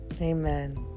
Amen